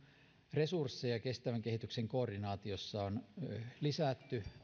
resursseja kestävän kehityksen koordinaatiossa on lisätty